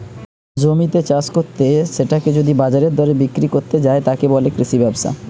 জমিতে চাষ কত্তে সেটাকে যদি বাজারের দরে বিক্রি কত্তে যায়, তাকে বলে কৃষি ব্যবসা